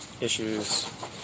issues